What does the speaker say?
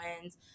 wins